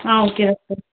ah okay doctor